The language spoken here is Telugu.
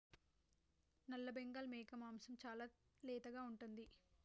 నల్లబెంగాల్ మేక మాంసం చాలా లేతగా ఉంటుంది